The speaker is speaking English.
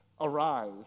arise